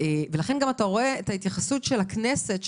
לכן אתה גם רואה את ההתייחסות של הכנסת,